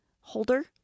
holder